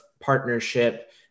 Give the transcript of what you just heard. partnership